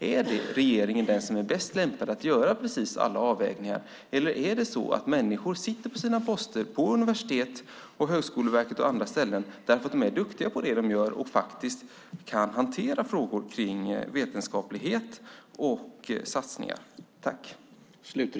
Är regeringen den som är bäst lämpad att göra precis alla avvägningar, eller är det så att människor sitter på sina poster på universitet, Högskoleverket och andra ställen därför att de är duktiga på det de gör och faktiskt kan hantera frågor kring vetenskaplighet och satsningar?